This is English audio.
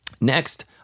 Next